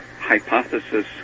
hypothesis